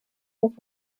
los